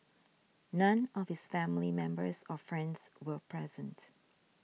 none of his family members or friends were present